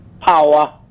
power